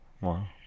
Wow